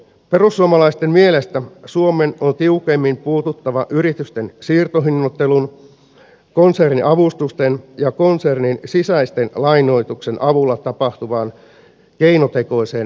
perussuomalaisten mielestä suomen on tiukemmin puututtava yritysten siirtohinnoittelun konserniavustusten ja konsernin sisäisten lainoituksen avulla tapahtuvaan keinotekoiseen verokeplotteluun